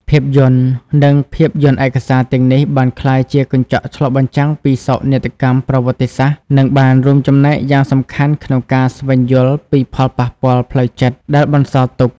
ភាពយន្ត និងភាពយន្តឯកសារទាំងនេះបានក្លាយជាកញ្ចក់ឆ្លុះបញ្ចាំងពីសោកនាដកម្មប្រវត្តិសាស្ត្រ និងបានរួមចំណែកយ៉ាងសំខាន់ក្នុងការស្វែងយល់ពីផលប៉ះពាល់ផ្លូវចិត្តដែលបន្សល់ទុក។